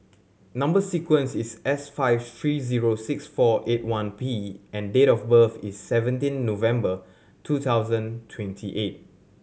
number sequence is S five three zero six four eight one P and date of birth is seventeen November two thousand twenty eight